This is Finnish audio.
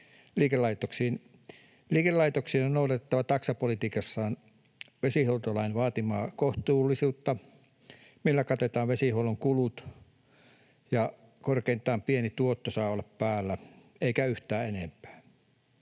Liikelaitoksien on noudatettava taksapolitiikassaan vesihuoltolain vaatimaa kohtuullisuutta, millä katetaan vesihuollon kulut, ja korkeintaan pieni tuotto saa olla päällä eikä yhtään enempää.